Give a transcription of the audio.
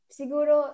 siguro